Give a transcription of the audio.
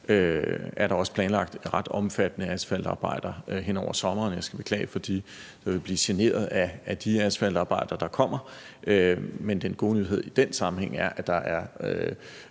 er der også planlagt ret omfattende asfaltarbejder hen over sommeren. Jeg skal beklage over for dem, der vil blive generet af de asfaltarbejder, der kommer, men den gode nyhed i den sammenhæng er, at der er